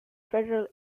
federal